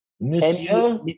Monsieur